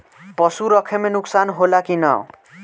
पशु रखे मे नुकसान होला कि न?